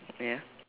ya